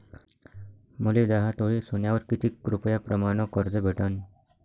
मले दहा तोळे सोन्यावर कितीक रुपया प्रमाण कर्ज भेटन?